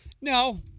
No